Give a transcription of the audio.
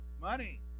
money